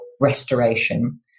restoration